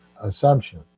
assumption